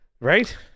Right